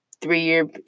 Three-year